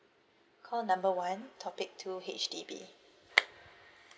call number one topic two H_D_B